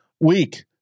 week